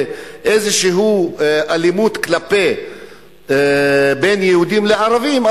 באיזו אלימות בין יהודים וערבים,